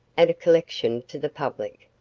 at a collection, to the public.